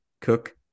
cook